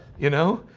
you know,